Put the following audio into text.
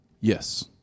Yes